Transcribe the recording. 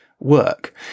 work